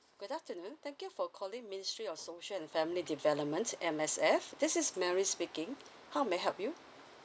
good afternoon thank you for calling ministry of social and family development M_S_F this is mary speaking how may I help you